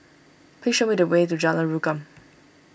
please show me the way to Jalan Rukam